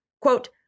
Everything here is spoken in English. quote